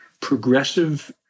progressive